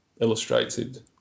illustrated